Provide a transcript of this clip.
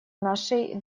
нашей